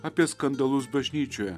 apie skandalus bažnyčioje